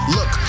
Look